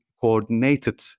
coordinated